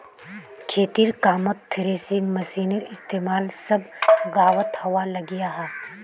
खेतिर कामोत थ्रेसिंग मशिनेर इस्तेमाल सब गाओंत होवा लग्याहा